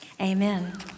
Amen